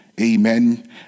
Amen